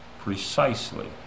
precisely